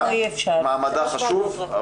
מעמדה חשוב,